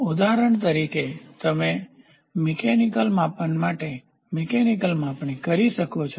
ઉદાહરણ તરીકે અહીં તમે મિકેનિકલયાંત્રિક માપન માટે મિકેનિકલયાંત્રિક માપણી કરી શકો છો